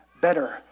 better